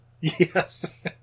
Yes